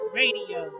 radio